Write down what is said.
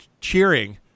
cheering